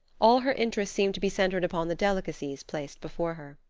all her interest seemed to be centered upon the delicacies placed before her.